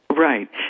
Right